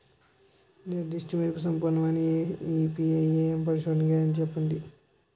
నిర్దిష్ట మెరుపు సంపూర్ణమైన ఐ.పీ.ఎం పరిశోధన గ్యారంటీ చెప్పండి?